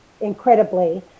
incredibly